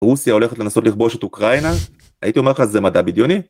‫רוסיה הולכת לנסות לכבוש את אוקראינה? ‫הייתי אומר לך שזה מדע בדיוני?